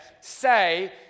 Say